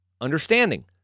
understanding